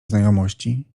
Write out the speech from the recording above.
znajomości